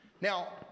Now